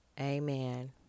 Amen